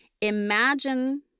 imagine